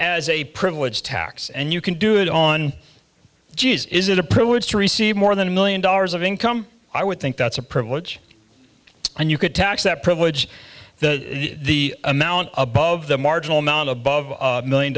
as a privilege tax and you can do it on g s is it a privilege to receive more than a million dollars of income i would think that's a privilege and you could tax that privilege the the amount above the marginal amount above million